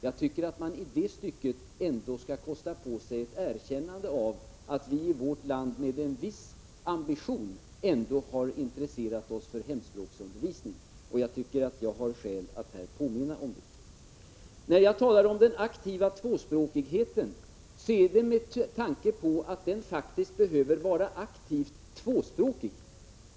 Jag tycker att man skall kosta på sig ett erkännande av att vi i vårt land med en viss ambition har intresserat oss för hemspråksundervisning. Jag tycker att jag har skäl att här påminna om det. När jag talar om den aktiva tvåspråkigheten så gör jag det med tanke på att den faktiskt behöver vara aktivt tvåspråkig.